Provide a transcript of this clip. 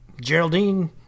Geraldine